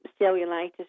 cellulitis